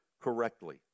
correctly